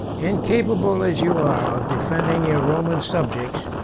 incapable as you are of defending your roman subjects,